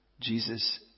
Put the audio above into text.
Jesus